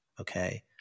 okay